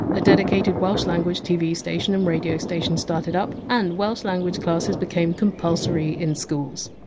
a dedicated welsh language tv station and radio station started up, and welsh language classes became compulsory in schools.